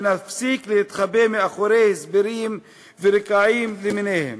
ונפסיק להתחבא מאחורי הסברים ורקעים למיניהם.